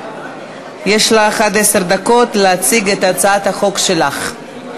יש לך עד עשר דקות להציג את הצעת החוק שלך.